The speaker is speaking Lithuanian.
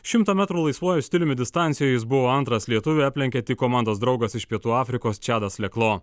šimto metrų laisvuoju stiliumi distancijoje jis buvo antras lietuvį aplenkė tik komandos draugas iš pietų afrikos čadas leklo